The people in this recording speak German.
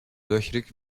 löchrig